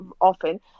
often